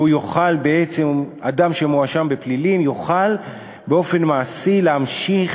ובעצם אדם שמואשם בפלילים יוכל באופן מעשי להמשיך